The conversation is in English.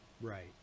Right